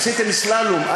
עשיתם סלאלום,